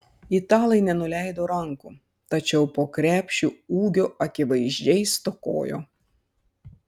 italai nenuleido rankų tačiau po krepšiu ūgio akivaizdžiai stokojo